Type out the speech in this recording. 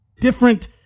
different